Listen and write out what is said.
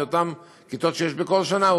מאותן כיתות שיש בכל שנה,